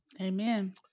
Amen